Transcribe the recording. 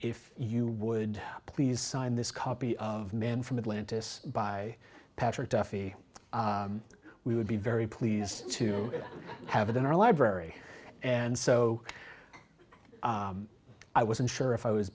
if you would please sign this copy of men from atlantis by patrick duffy we would be very pleased to have it in our library and so i wasn't sure if i was